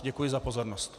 Děkuji za pozornost.